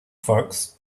folks